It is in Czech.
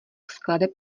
skladeb